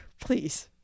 please